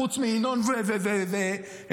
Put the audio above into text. חוץ מינון וגפני.